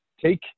take